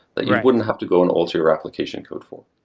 that you wouldn't have to go and alter your application code for.